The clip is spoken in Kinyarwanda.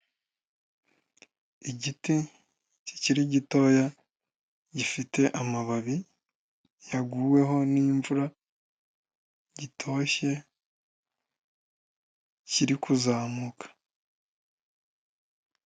Igiti kikiri gitoya gifite amababi yaguweho n'imvura gitoshye kiri kuzamuka.